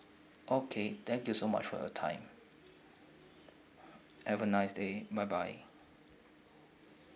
okay thank you so much for your time have a nice day bye bye